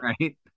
Right